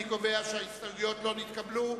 אני קובע שההסתייגויות לא נתקבלו.